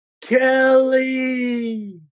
Kelly